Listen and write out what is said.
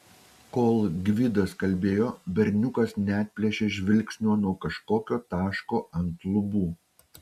kol gvidas kalbėjo berniukas neatplėšė žvilgsnio nuo kažkokio taško ant lubų